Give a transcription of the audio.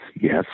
yes